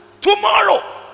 tomorrow